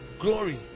glory